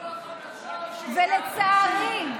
ולצערי,